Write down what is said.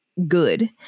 good